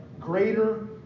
greater